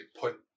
put